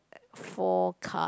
four cards